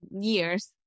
years